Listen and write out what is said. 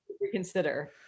reconsider